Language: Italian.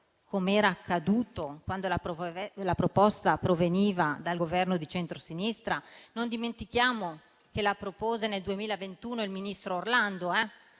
com'era accaduto quando la proposta proveniva dal Governo di centrosinistra, e non dimentichiamo che la propose nel 2021 il ministro Orlando -